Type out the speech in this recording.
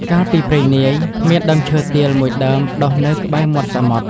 កាលពីព្រេងនាយ មានដើមឈើទាល មួយដើមដុះនៅក្បែរមាត់សមុទ្រ។